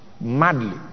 Madly